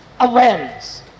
awareness